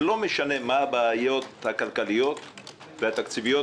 ולא משנה מה הבעיות הכלכליות והתקציביות,